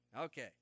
Okay